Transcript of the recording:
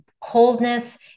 coldness